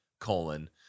colon